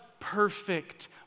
perfect